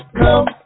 come